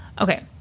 Okay